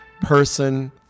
person